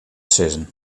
sizzen